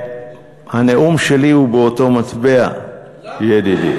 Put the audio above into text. והנאום שלי הוא באותו מטבע, ידידי.